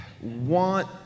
want